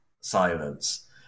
silence